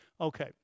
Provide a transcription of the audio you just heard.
Okay